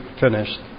finished